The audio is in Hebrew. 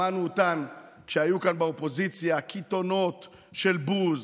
שמענו אותם כשהיו כאן באופוזיציה, קיתונות של בוז,